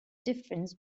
difference